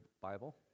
Bible